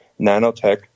nanotech